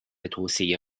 توسعه